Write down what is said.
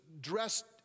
dressed